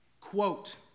Quote